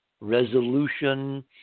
resolution